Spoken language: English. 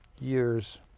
years